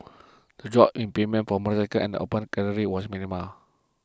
the drop in premiums for motorcycles and Open Category was minimal